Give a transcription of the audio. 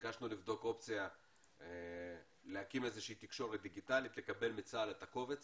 ביקשנו לבדוק אופציה להקים איזושהי תקשורת דיגיטלית לקבל מצה"ל את הקובץ